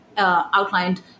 Outlined